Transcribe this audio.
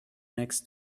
next